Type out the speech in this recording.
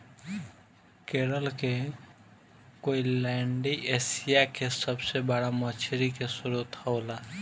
केरल के कोईलैण्डी एशिया के सबसे बड़ा मछली के स्त्रोत होला